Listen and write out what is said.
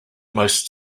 most